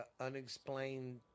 unexplained